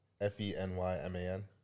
F-E-N-Y-M-A-N